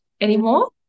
anymore